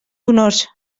honors